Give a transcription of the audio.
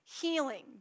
healing